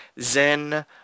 Zen